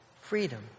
Freedom